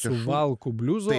suvalkų bliuzo